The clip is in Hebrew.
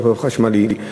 ברכב החשמלי.